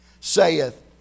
saith